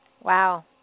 Wow